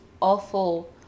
awful